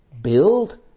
build